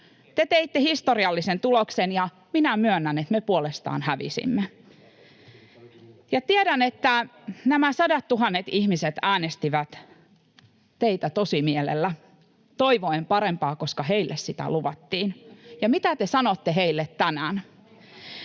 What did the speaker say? Te teitte historiallisen tuloksen, ja minä myönnän, että me puolestamme hävisimme. Tiedän, että nämä sadattuhannet ihmiset äänestivät teitä tosimielellä, toivoen parempaa, koska heille sitä luvattiin. Ja mitä sanotte heille tänään?